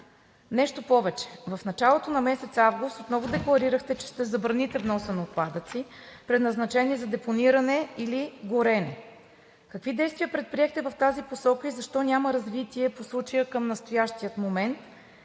Нещо повече, в началото на месец август отново декларирахте, че ще забраните вноса на отпадъци, предназначени за депониране или горене. Какви действия предприехте в тази посока и защо няма развитие по случая към настоящия момент?